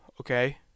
okay